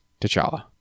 T'Challa